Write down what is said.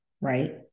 Right